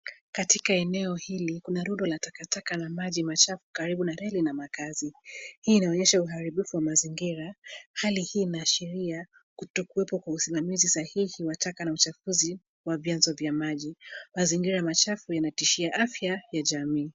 Katika eneo hili, kuna rundo la takataka na maji machafu karibu na reli na makazi. Hii inaonyesha uharibifu wa mazingira. Hali hii inaashiria kutokuwepo kwa usimamizi sahihi wa taka na uchafuzi wa vyanzo vya maji. Mazingira machafu yanatishia afya ya jamii.